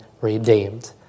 redeemed